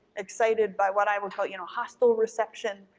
excited by what i would call you know hostile reception,